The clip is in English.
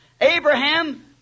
Abraham